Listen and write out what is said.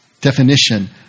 definition